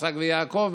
יצחק ויעקב,